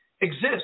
exist